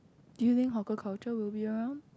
do you think hawker culture will be around